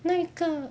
那一个